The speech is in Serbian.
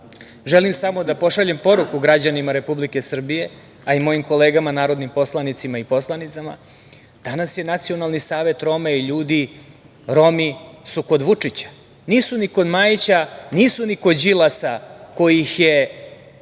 Želim samo da pošaljem poruku građanima Republike Srbije, a i mojim kolegama narodnim poslanicima i poslanicama, danas je Nacionalni savet Roma i ljudi Romi su kod Vučića, nisu ni kod Majića, nisu ni kod Đilasa koji ih je